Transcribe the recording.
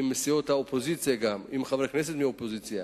עם סיעות האופוזיציה, עם חברי הכנסת מהאופוזיציה,